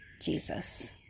Jesus